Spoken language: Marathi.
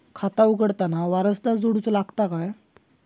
खाता उघडताना वारसदार जोडूचो लागता काय?